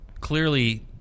clearly